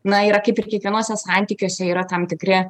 na yra kaip ir kiekvienuose santykiuose yra tam tikri